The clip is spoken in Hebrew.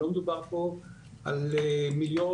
לא מדובר פה על מיליון,